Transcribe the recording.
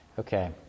Okay